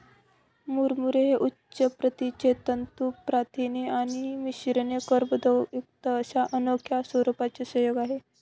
मुरमुरे हे उच्च प्रतीचे तंतू प्रथिने आणि मिश्रित कर्बोदकेयुक्त अशा अनोख्या स्वरूपाचे संयोग आहे